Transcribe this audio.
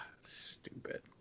stupid